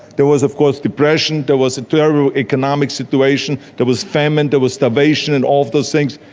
there was of course depression, there was a terrible economic situation, there was famine, there was starvation and all those things.